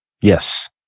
Yes